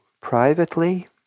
privately